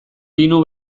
pinu